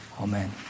Amen